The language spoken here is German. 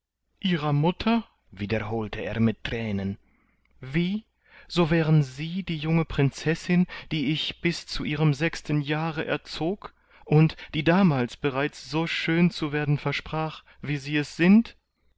ihrer mutter wiederholte er mit thränen wie so wären sie die junge prinzessin die ich bis zu ihrem sechsten jahre erzog und die damals bereits so schön zu werden versprach wie sie es sind